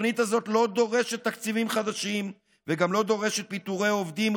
התוכנית הזאת לא דורשת תקציבים חדשים וגם לא דורשת פיטורי עובדים,